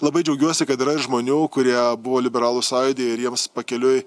labai džiaugiuosi kad yra ir žmonių kurie buvo liberalų sąjūdyje ir jiems pakeliui